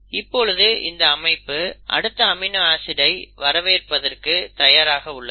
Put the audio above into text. இப்பொழுது இந்த அமைப்பு அடுத்த அமினோ ஆசிடை வரவேற்பதற்கு தயாராக உள்ளது